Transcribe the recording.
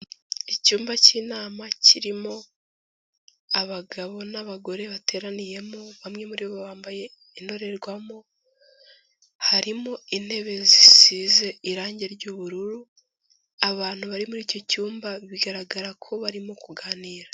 Iyumba cy'inama kirimo abagabo n'abagore bateraniyemo bamwe muri bo bambaye indorerwamo, harimo intebe zisize irangi ry'ubururu, abantu bari muri icyo cyumba bigaragara ko barimo kuganira.